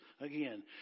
Again